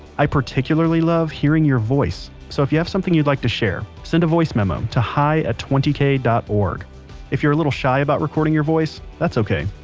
i particularly love hearing your voice, so if you have something you'd like to share, send a voice memo to hi at twenty k dot org if you're a little shy about recording your voice, that's ok,